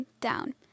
Down